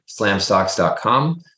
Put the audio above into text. slamstocks.com